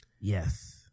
Yes